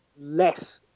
less